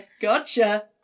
Gotcha